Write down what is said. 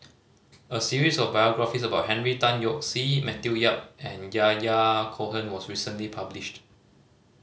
a series of biographies about Henry Tan Yoke See Matthew Yap and Yahya Cohen was recently published